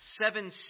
seven